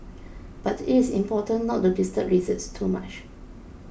but it is important not to disturb lizards too much